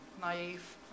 naive